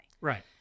Right